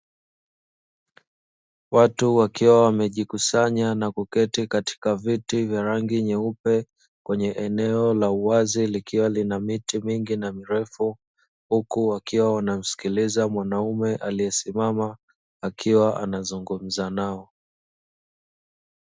Watu wakiwa wamejikusanya na kuketi katika viti vya rangi nyeupe kwenye eneo la uwazi likiwa lina miti mingi na mirefu, huku wakiwa wanamsikiliza mwanamume aliyesimama akiwa anazungumza nao.